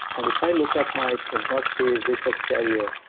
and if i look at my productive research career,